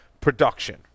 production